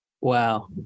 Wow